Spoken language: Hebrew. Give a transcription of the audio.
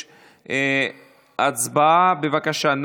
הצבעה, בבקשה.